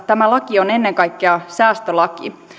tämä laki on ennen kaikkea säästölaki